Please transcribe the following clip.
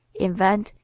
invent,